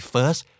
First